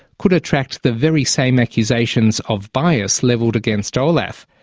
could attract the very same accusations of bias levelled against olaf.